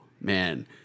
man